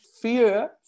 fear